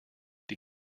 die